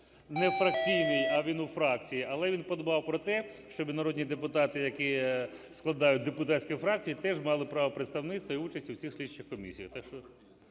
нефракційний, а він у фракції, але він подбав про те, щоб народні депутати, які складають депутатські фракції, теж мали право представництва і участі в цих слідчих комісіях.